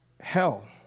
Hell